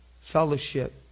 fellowship